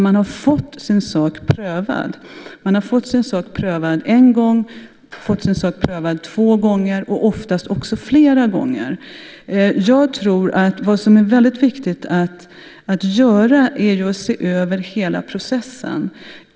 Man har fått sin sak prövad en gång, två gånger, och oftast också fler gånger. Det som är viktigt att göra är att se över hela processen.